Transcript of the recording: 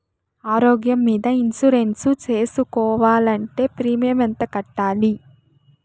ఆరోగ్యం మీద ఇన్సూరెన్సు సేసుకోవాలంటే ప్రీమియం ఎంత కట్టాలి?